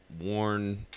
worn